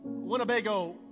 Winnebago